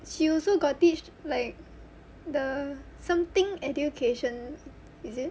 she also got teach like the something education is it